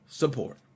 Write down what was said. support